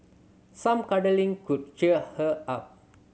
some cuddling could cheer her up